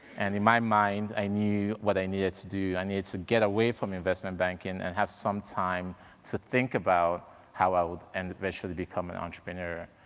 and in my mind, i knew what i needed to do. i needed to get away from investment banking and have some time to think about how i would and eventually become an entrepreneur,